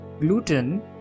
gluten